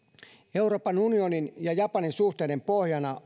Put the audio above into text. euroopan unionin ja japanin suhteiden pohjana